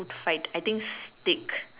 food fight I think steaks